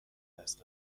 دست